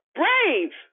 brave